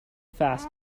fast